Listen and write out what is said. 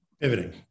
Pivoting